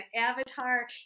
avatar